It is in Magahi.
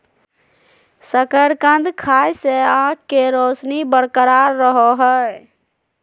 शकरकंद खाय से आंख के रोशनी बरकरार रहो हइ